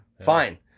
Fine